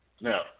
Now